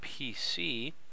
PC